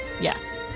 Yes